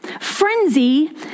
Frenzy